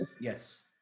Yes